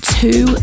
two